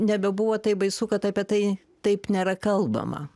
nebebuvo taip baisu kad apie tai taip nėra kalbama